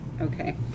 okay